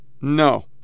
no